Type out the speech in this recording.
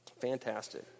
Fantastic